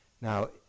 Now